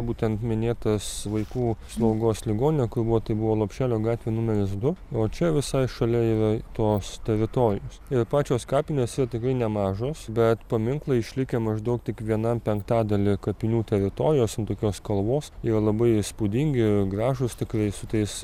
būtent minėtas vaikų slaugos ligoninė kur buvo tai buvo lopšelio gatvė numeris du o čia visai šalia yra tos teritorijos ir pačios kapinės yra tikrai nemažos bet paminklai išlikę maždaug tik vienam penktadaly kapinių teritorijos ant tokios kalvos yra labai įspūdingi gražūs tikrai su tais